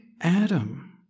Adam